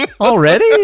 Already